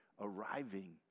arriving